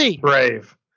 brave